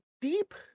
deep